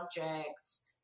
objects